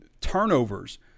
Turnovers